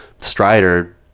strider